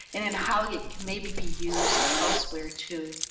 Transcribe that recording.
and then how you can maybe be used elsewhere to